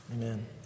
Amen